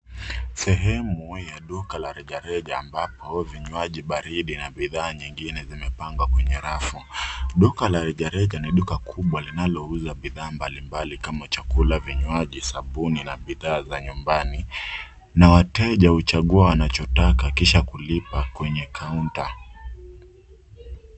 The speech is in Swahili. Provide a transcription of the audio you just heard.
Sehemu ya duka la rejareja ambapo vinywaji baridi na bidhaa nyingine zimepangwa kwenye rafu. Duka la rejareja ni duka kubwa linalouza bidhaa mbalimbali kama chakula, vinywaji, sabuni na bidhaa za nyumbani na wateja huchagua wanachotaka kisha kulipa kwenye kaunta.